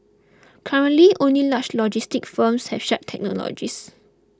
currently only large logistics firms have such technologies